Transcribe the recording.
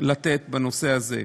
לתת בנושא הזה.